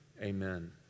Amen